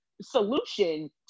solution